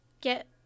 get